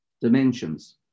dimensions